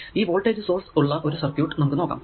ഈ voltage source ഉള്ള ഈ സർക്യൂട് നമുക്ക് നോക്കാം